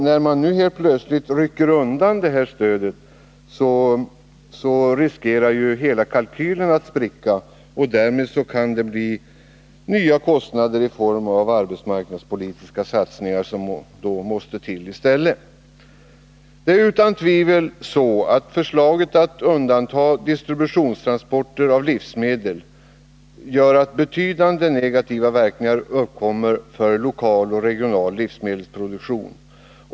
När nu detta stöd helt plötsligt rycks undan, riskerar hela kalkylen att spricka, och därmed kan det bli nya kostnader i form av arbetsmarknadspolitiska satsningar som då måste till i stället. Det är utan tvivel så att förslaget att undanta distributionstransporter av livsmedel gör att betydande negativa verkningar uppkommer för lokal och regional livsmedelsproduktion.